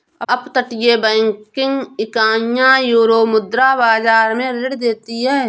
अपतटीय बैंकिंग इकाइयां यूरोमुद्रा बाजार में ऋण देती हैं